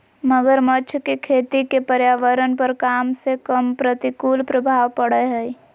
मगरमच्छ के खेती के पर्यावरण पर कम से कम प्रतिकूल प्रभाव पड़य हइ